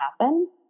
happen